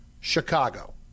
Chicago